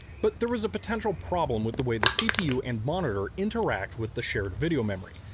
but there was a potential problem with the way the cpu and monitor interact with the shared video memory.